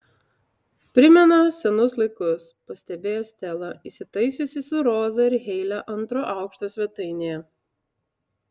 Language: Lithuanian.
primena senus laikus pastebėjo stela įsitaisiusi su roza ir heile antrojo aukšto svetainėje